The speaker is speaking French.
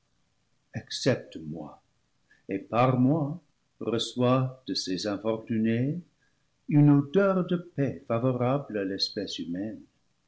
accepte moi et par moi reçois de ces infortunés une odeur de paix favorable à l'espèce humaine